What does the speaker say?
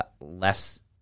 less